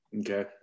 Okay